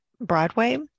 Broadway